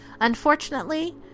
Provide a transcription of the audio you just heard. unfortunately